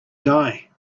die